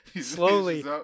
slowly